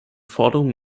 forderung